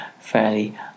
fairly